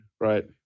right